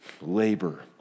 labor